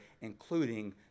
including